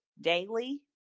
daily